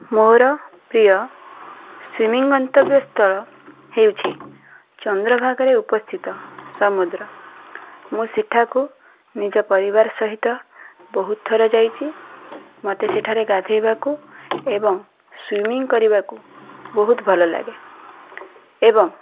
ମୋର ପ୍ରିୟ ସୁଇମିଂ ଗନ୍ତବ୍ୟସ୍ଥଳ ହେଉଛି ଚନ୍ଦ୍ରଭାଗାରେ ଉପସ୍ଥିତ ସମୁଦ୍ର ମୁଁ ସେଠାକୁ ନିଜ ପରିବାର ସହିତ ବହୁତ ଥର ଯାଇଛି ମୋତେ ସେଠାରେ ଗାଧେଇବାକୁ ଏବଂ ସୁଇମିଂ କରିବାକୁ ବହୁତ ଭଲ ଲାଗେ ଏବଂ